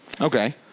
Okay